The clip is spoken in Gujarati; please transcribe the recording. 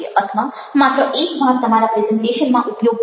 અથવા માત્ર એક વાર તમારા પ્રેઝન્ટેશનમાં ઉપયોગ કરો